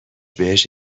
بهش